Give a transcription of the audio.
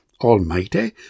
almighty